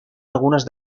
algunas